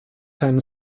ten